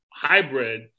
hybrid